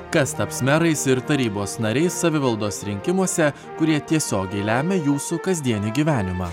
kas taps merais ir tarybos nariais savivaldos rinkimuose kurie tiesiogiai lemia jūsų kasdienį gyvenimą